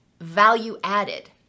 value-added